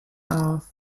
auf